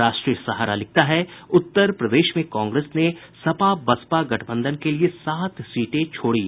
राष्ट्रीय सहारा लिखता है उत्तर प्रदेश में कांग्रेस ने सपा बसपा गठबंधन के लिए सात सीटें छोड़ी